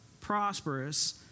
prosperous